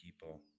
people